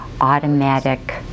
automatic